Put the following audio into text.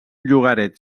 llogaret